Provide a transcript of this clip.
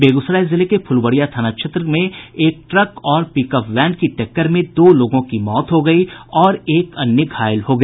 बेगूसराय जिले के फुलवरिया थाना क्षेत्र में एक ट्रक और पिकअप वैन की टक्कर में दो लोगों की मौत हो गयी और एक अन्य घायल हो गया